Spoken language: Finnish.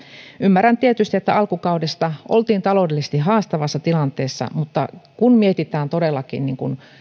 ymmärrän tietysti että alkukaudesta oltiin taloudellisesti haastavassa tilanteessa mutta kun mietitään todellakin